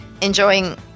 enjoying